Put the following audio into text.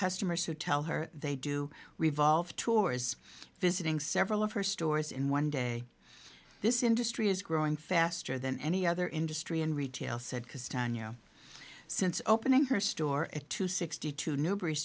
customers who tell her they do revolve tours visiting several of her stores in one day this industry is growing faster than any other industry and retail said because tonya since opening her store at two sixty two new